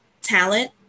talent